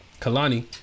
Kalani